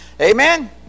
Amen